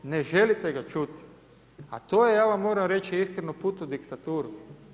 Ne želite ga čuti, a to je ja vam moram reći iskreno put u diktaturu.